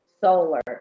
solar